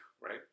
right